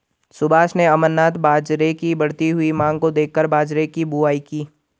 सुभाष ने अमरनाथ बाजरे की बढ़ती हुई मांग को देखकर बाजरे की बुवाई की